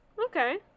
okay